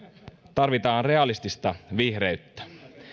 tarvitaan realistista vihreyttä